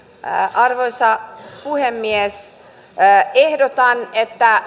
arvoisa puhemies ehdotan että